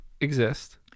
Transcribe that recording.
exist